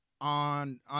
on